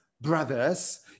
brothers